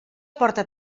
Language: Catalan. porta